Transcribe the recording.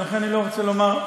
ולכן אני לא רוצה לומר,